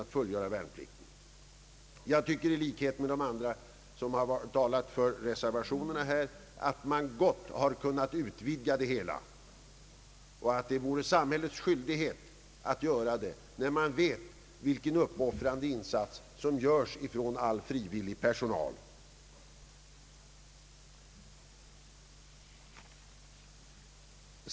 I likhet med de kammarledamöter som talat för reservationerna anser jag att man gott kunnat utvidga det hela och att det är samhällets skyldighet att göra det, när man vet vilken uppoffrande insats all frivillig personal gör.